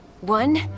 One